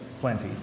plenty